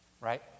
right